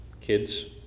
kids